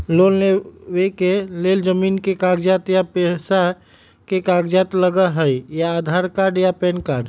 Loan लेवेके लेल जमीन के कागज या पेशा के कागज लगहई या आधार कार्ड या पेन कार्ड?